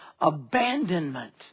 abandonment